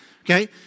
okay